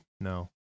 No